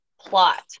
plot